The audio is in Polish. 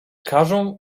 każą